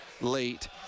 late